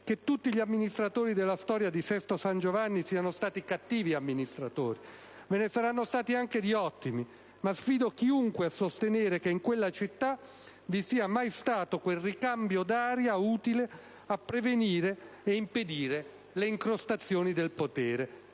che tutti gli amministratori della storia di Sesto San Giovanni siano stati cattivi amministratori. Ve ne saranno stati anche di ottimi, ma sfido chiunque a sostenere che in quella città vi sia mai stato quel ricambio d'aria utile a prevenire e impedire le incrostazioni del potere.